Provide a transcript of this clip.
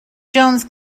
jones